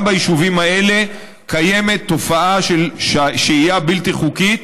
גם ביישובים האלה קיימת תופעה של שהייה בלתי חוקית,